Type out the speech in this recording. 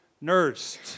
nursed